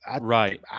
right